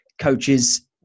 coaches